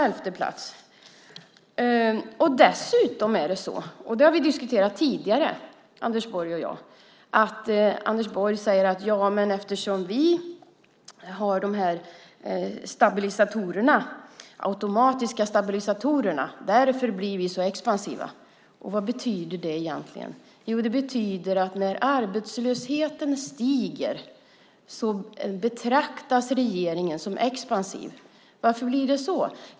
Dessutom säger Anders Borg - och det har vi diskuterat tidigare, Anders Borg och jag - att vi blir så expansiva eftersom vi har de här automatiska stabilisatorerna. Vad betyder det egentligen? Jo, det betyder att när arbetslösheten stiger betraktas regeringen som expansiv. Varför blir det så?